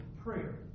prayer